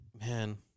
Man